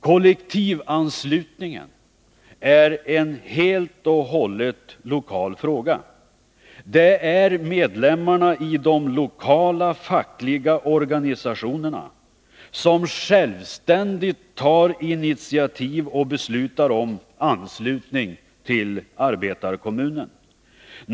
Kollektivanslutningen är helt och hållet en lokal fråga. Medlemmarna i de lokala fackliga organisationerna tar självständigt initiativ till och beslutar om anslutning till arbetarkommunen.